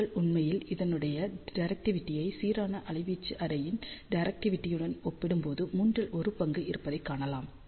நீங்கள் உண்மையில் இதனுடைய டிரெக்டிவிடியை சீரான அலைவீச்சு அரேயின் டிரெக்டிவிடியுடன் ஒப்பிடும்போது மூன்றில் ஒரு பங்கு இருப்பதைக் காணலாம்